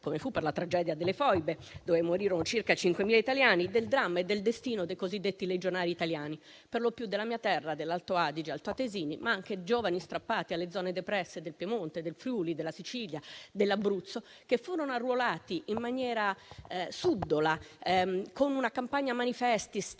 avvenne per la tragedia delle foibe, dove morirono circa 5.000 italiani - del dramma e del destino dei cosiddetti legionari italiani, perlopiù altoatesini, della mia terra, ma anche giovani strappati alle zone depresse del Piemonte, del Friuli, della Sicilia e dell'Abruzzo, che furono arruolati in maniera subdola con una campagna manifesti